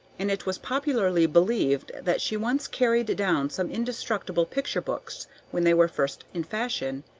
and it was popularly believed that she once carried down some indestructible picture-books when they were first in fashion,